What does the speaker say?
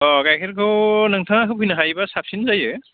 अ गाइखेरखौ नोंथाङा होफैनो हायोब्ला साबसिन जायो